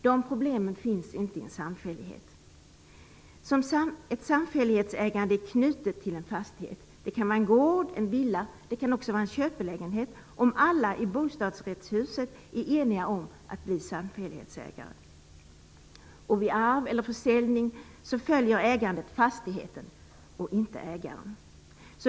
De problemen finns inte i en samfällighet. Ett samfällighetsägande är knutet till en fastighet. Det kan vara en gård, en villa och även en köpelägenhet, om alla i bostadsrättshuset är eniga om att bli samfällighetsägare. Vid arv eller försäljning följer ägandet fastigheten, inte ägaren.